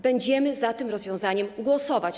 Będziemy za tym rozwiązaniem głosować.